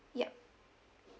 ya